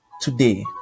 today